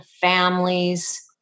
families